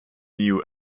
new